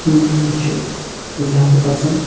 مےٚ چھُ زیادٕ پَسند